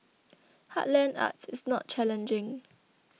heartland arts is not challenging